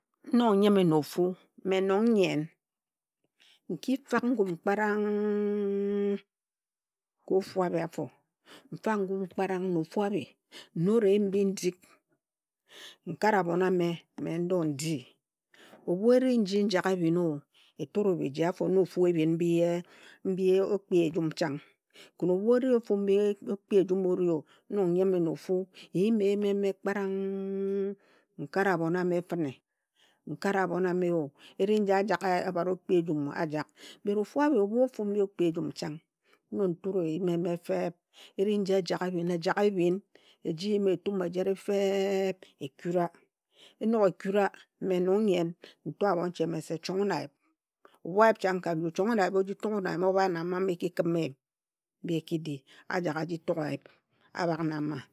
Nnog nyime na ofu, me nong nyen, nki fag ngun kparang ka ofu abhi afo, nfak ngum kparang na ofu abhi, nnot eyim mbi ndi, nkare abhon a me, me ndo ndi, ebhu eri nyi njak ebhin o eture bhiji, afo na ofu ebhiri mbi e mbi o kpie ejum chang. Kam ebhu ori ofu mbi okpi ejum osi o, nog nyime na ofu nyim eyim e me kparang nkare abhon ame fine, nkare abhon a me o. Eri nji ajak ebharo okpi ejum, ajak. Ofu abhi, ebhu ofu mbi okpi ejum chang nog nture eyim eme feeb, eri nji ejak ebhin, ejak ebhin, eji yim etum ejire fe eb ekura, enog ekura, me nong nyen nto abhonche mene chong wun ayip. Ebhu ayip chang ka nju, chong wun ayip o ji tuk wun ayip obha na mma mma eki khim eyim mbi e ki di, ajak aji tug ayip a bhak na mma.